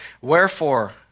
Wherefore